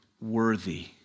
worthy